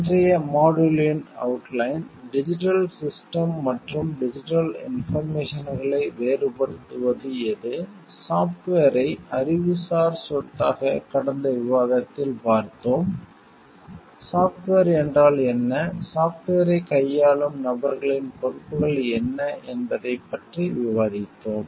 இன்றைய மாட்யூலின் outline digital system மற்றும் டிஜிட்டல் இன்போர்மேசன்களை வேறுபடுத்துவது எது சாஃப்ட்வேரை அறிவுசார் சொத்தாக கடந்த விவாதத்தில் பார்த்தோம் சாஃப்ட்வேர் என்றால் என்ன சாஃப்ட்வேரைக் கையாளும் நபர்களின் பொறுப்புகள் என்ன என்பதைப் பற்றி விவாதித்தோம்